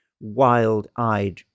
wild-eyed